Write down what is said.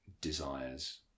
desires